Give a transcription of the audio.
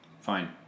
fine